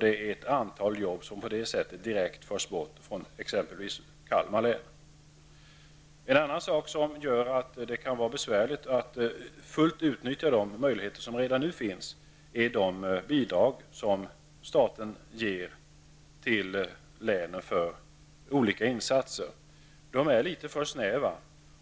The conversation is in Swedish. Ett antal jobb förs på det sättet bort från exempelvis Kalmar län. En annan sak som gör att det kan vara besvärligt att fullt ut utnyttja de möjligheter som redan nu finns är de bidrag som staten ger till länen för olika insatser. De är litet för snäva,